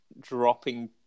Dropping